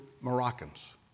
Moroccans